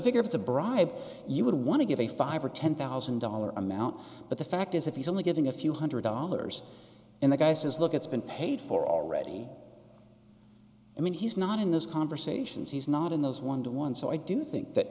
figure it's a bribe you want to give a five or ten thousand dollar amount but the fact is if he's only giving a few hundred dollars and the guy says look it's been paid for already i mean he's not in those conversations he's not in those one to one so i do think that